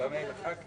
גם אלה שנכנסים